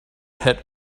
hit